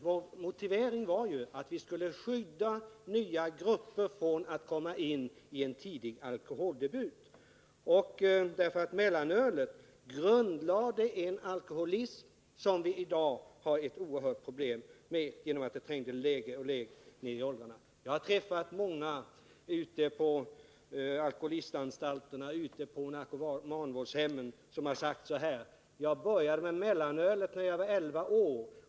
Vår motivering var att vi skulle skydda nya grupper från en tidig alkoholdebut. Mellanölet grundlade, genom att missbruket trängde längre och längre ner i åldrarna, en alkoholism som vi i dag har oerhörda problem med. Jag har ute på alkoholistanstalter och narkomanvårdshem träffat många som har sagt ungefär följande: Jag började med mellanölet när jag var elva år.